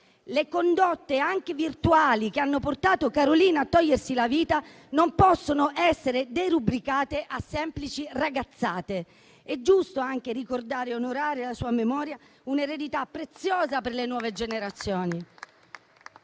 le condotte, anche virtuali, che hanno portato Carolina a togliersi la vita non possono essere derubricate a semplici ragazzate. È giusto anche ricordare e onorare la sua memoria, un'eredità preziosa per le nuove generazioni.